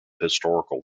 historical